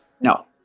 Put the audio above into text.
No